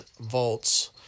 volts